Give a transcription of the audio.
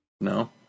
No